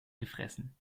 gefressen